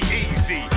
easy